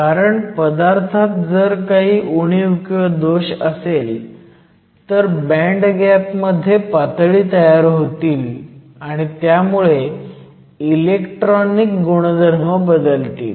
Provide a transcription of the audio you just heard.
कारण पदार्थात जर काही उणीव असेल तर बँड गॅप मध्ये पातळी तयार होतील आणि त्यामुळे इलेक्ट्रॉनिक गुणधर्म बदलतील